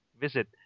Visit